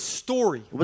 story